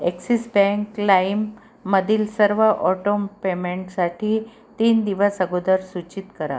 axis bank लाईममधील सर्व auto पेमेंटसाठी तीन दिवस अगोदर सूचित करा